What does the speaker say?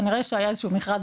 כנראה שהיה איזשהו מכרז,